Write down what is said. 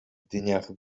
dniach